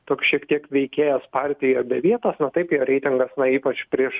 toks šiek tiek veikėjas partijoje be vietos na taip jo reitingas na ypač prieš